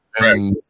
right